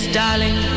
darling